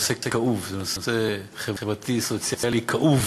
זה נושא כאוב, זה נושא חברתי סוציאלי כאוב,